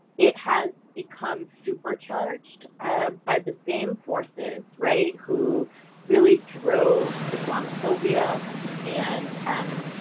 it has become supercharged by the same forces, right who really drove islamophobia and um,